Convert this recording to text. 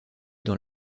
dans